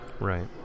Right